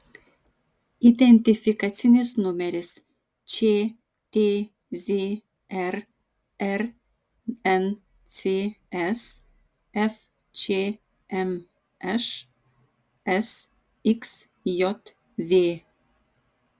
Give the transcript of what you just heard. identifikacinis numeris čtzr rncs fčmš sxjv